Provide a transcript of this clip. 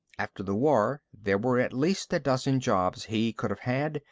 after the war, there were at least a dozen jobs he could have had.